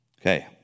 Okay